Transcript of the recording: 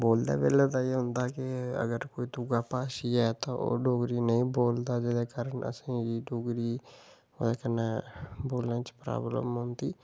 बोलदे बेल्लै एह् होंदा कि अगर कोई दूआ भाशी ऐ तां ओह् डोगरी नेईं बोलदा तां एह्दे कारण असेंगी डोगरी बोलने च प्रॉब्लम औंदी